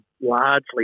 largely